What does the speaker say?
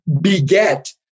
beget